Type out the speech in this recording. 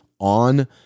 on